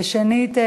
ושנית,